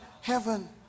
heaven